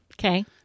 Okay